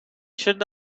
should